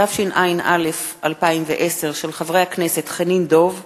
התשע"א 2010, מאת חברי הכנסת דב חנין,